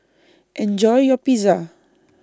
Enjoy your Pizza